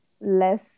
less